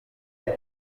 lick